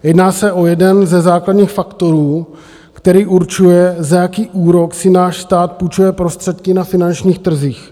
Jedná se o jeden ze základních faktorů, který určuje, za jaký úrok si náš stát půjčuje prostředky na finančních trzích.